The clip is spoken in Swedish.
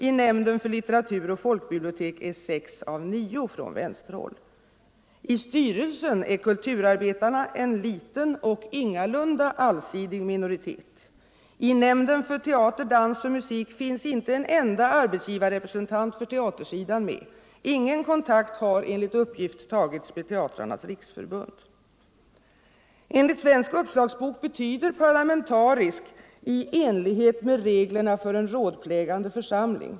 I nämnden för litteratur och folkbibliotek är sex av nio från vänsterhåll. I styrelsen är kulturarbetarna en liten och ingalunda allsidig minoritet. I nämnden för teater, dans och musik finns inte en enda arbetsgivarrepresentant för teatersidan med. Ingen kontakt har enligt uppgift tagits med Teatrarnas riksförbund. Enligt Svensk uppslagsbok betyder parlamentarisk ”i enlighet med reglerna för en rådplägande församling”.